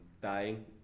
dying